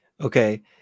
Okay